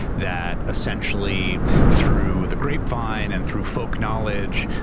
that essentially through the grapevine and through folk knowledge,